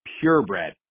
Purebred